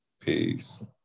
Peace